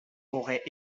aurait